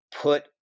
put